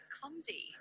clumsy